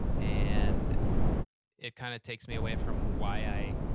and it kind of takes me away from why i